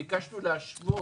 ביקשנו להשוות.